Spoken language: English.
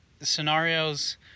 scenarios